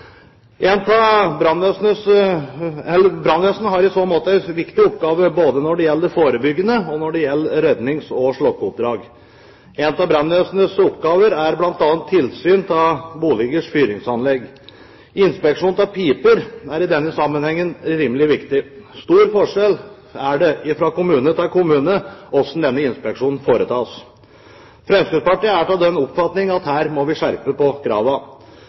en viktig oppgave, både når det gjelder det forebyggende, og når det gjelder rednings- og slukkeoppdrag. En av brannvesenets oppgaver er bl.a. tilsyn av boligers fyringsanlegg. Inspeksjon av piper er i denne sammenheng veldig viktig. Det er stor forskjell fra kommune til kommune med hensyn til hvordan denne inspeksjonen foretas. Fremskrittspartiet er av den oppfatning at her må vi skjerpe